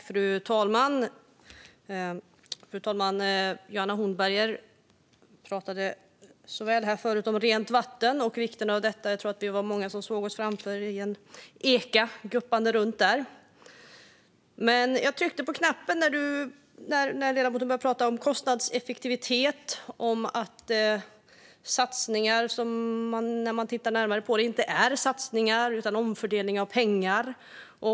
Fru talman! Johanna Hornberger pratade om rent vatten och vikten av detta, och jag tror att vi var många som såg en guppande eka framför oss. Men jag tryckte på replikknappen när ledamoten började prata om kostnadseffektivitet och om satsningar som vid närmare beskådan inte är satsningar utan omfördelning av pengar.